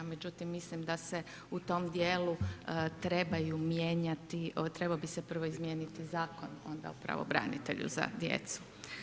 Međutim, mislim da se u tom dijelu trebaju mijenjati, trebao bi se prvo izmijeniti Zakon onda o pravobranitelju za djecu.